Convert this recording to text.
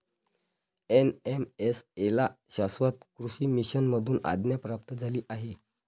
NMSA ला शाश्वत कृषी मिशन मधून आज्ञा प्राप्त झाली आहे